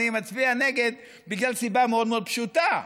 אני מצביע נגד בגלל סיבה מאוד מאוד פשוטה: